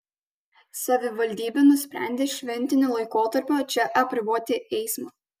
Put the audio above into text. savivaldybė nusprendė šventiniu laikotarpiu čia apriboti eismą